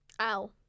Ow